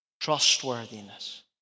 trustworthiness